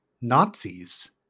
Nazis